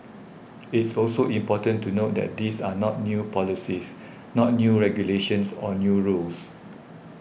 it's also important to note that these are not new policies not new regulations or new rules